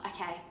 okay